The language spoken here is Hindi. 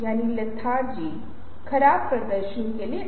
वे एक अच्छी हंसी का आनंद ले रहे हैं